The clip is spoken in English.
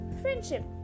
friendship